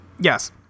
Yes